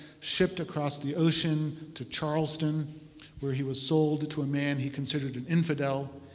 shipped across the ocean to charleston where he was sold to a man he considered an infidel.